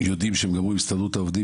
יודעים שהם גמרו עם הסתדרות העובדים